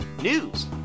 news